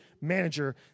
manager